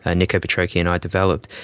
ah nicola petrocchi and i developed,